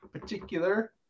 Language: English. particular